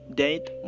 date